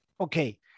okay